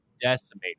decimate